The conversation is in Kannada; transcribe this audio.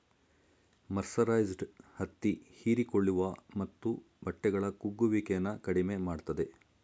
ಮರ್ಸರೈಸ್ಡ್ ಹತ್ತಿ ಹೀರಿಕೊಳ್ಳುವ ಮತ್ತು ಬಟ್ಟೆಗಳ ಕುಗ್ಗುವಿಕೆನ ಕಡಿಮೆ ಮಾಡ್ತದೆ